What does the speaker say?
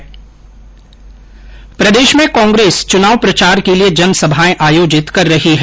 प्रदेश में कांग्रेस चुनाव प्रचार के लिए जनसभाएं आयोजित कर रही है